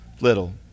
little